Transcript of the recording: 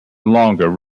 longer